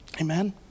Amen